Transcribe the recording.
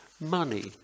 money